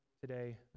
today